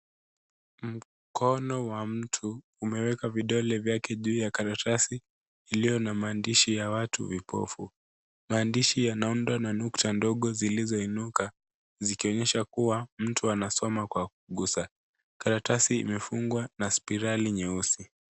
Mkono wa mtu umewekwa vidole vyake juu ya karatasi iliyo na maandishi ya watu vipofu. Maandishi yanaundwa na nukta ndogo zilizoinuka zikionyesha kuwa mtu anasoma kwa kugusa. Karatasi imefungwa na spiral nyeusi.